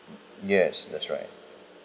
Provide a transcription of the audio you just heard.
yes that's right